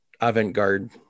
avant-garde